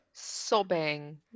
sobbing